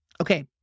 Okay